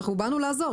אנחנו באנו לעזור,